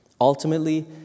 Ultimately